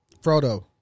Frodo